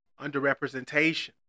underrepresentation